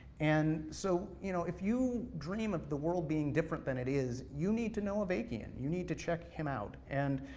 and so you know if you dream of the world being different than it is, you need to know avakian, you need to check him out. and